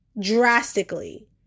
drastically